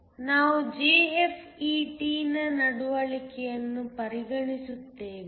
ನಾವು JFET ನ ನಡವಳಿಕೆಯನ್ನು ಪರಿಗಣಿಸುತ್ತೇವೆ